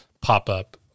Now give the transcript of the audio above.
pop-up